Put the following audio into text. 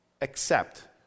accept